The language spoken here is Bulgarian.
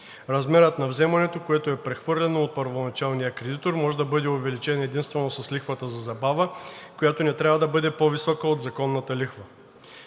Размерът на вземането, което е прехвърлено от първоначалния кредитор, може да бъде увеличен единствено с лихвата за забава, която не трябва да бъде по-висока от законната лихва.